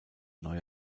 neue